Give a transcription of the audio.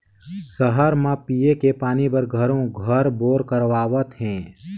सहर म पिये के पानी बर घरों घर बोर करवावत हें